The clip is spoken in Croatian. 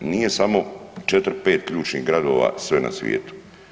Nije samo 4, 5 ključnih gradova sve na svijetu.